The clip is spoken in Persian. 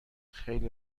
خیلی